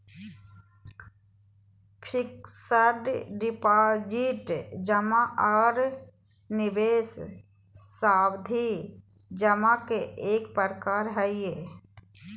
fixed deposit जमा आर निवेश सावधि जमा के एक प्रकार हय